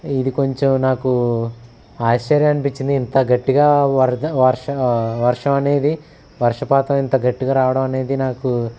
ఇది కొంచెం నాకు ఆశ్చర్య అనిపిచ్చింది ఇంత గట్టిగా వరద వర్ష వర్షం అనేది వర్షపాతం ఇంత గట్టిగా రావడం అనేది నాకు